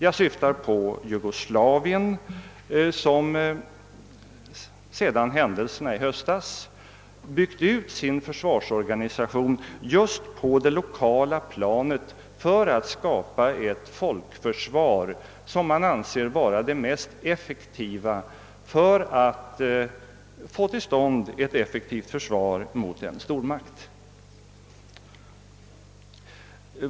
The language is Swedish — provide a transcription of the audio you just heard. Jag syftar på Jugoslavien, som sedan händelserna i höstas byggt ut sin försvarsorganisation på det lokala planet för att skapa ett folkförsvar, som man anser vara det mest effektiva för att få till stånd ett effektivt försvar mot en stormakt.